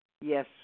Yes